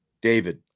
David